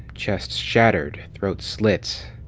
chests shattered, throats slit.